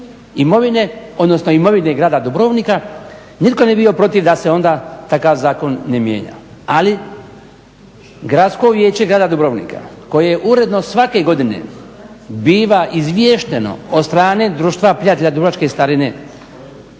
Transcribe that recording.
imovine, odnosno imovine grada Dubrovnika, nitko ne bi bio protiv da se onda takav zakon ne mijenja. Ali Gradsko vijeće grada Dubrovnika koje uredno svake godine biva izviješteno od strane Društva prijatelja dubrovačke starine